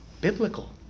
Biblical